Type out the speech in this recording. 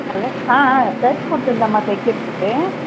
hello ஆ ஆ shirt கொடுத்துருந்தேம்மா தைக்கிறதுக்கு